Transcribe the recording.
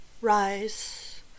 rise